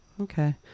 Okay